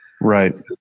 Right